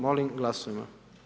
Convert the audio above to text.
Molim glasujmo.